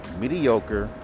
mediocre